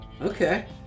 Okay